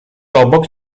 obok